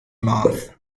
moth